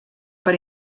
per